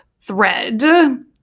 thread